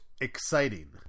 exciting